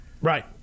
Right